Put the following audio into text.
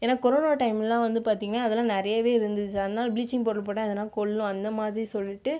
ஏன்னா கொரோனா டைம்லலாம் வந்து பார்த்திங்கனா அதெலாம் நிறையவே இருந்துச்சு அதனால ப்ளீச்சிங் பவுடர் போட்டால் அதெலாம் கொல்லும் அந்த மாதிரி சொல்லிவிட்டு